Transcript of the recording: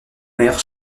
maire